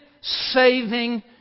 saving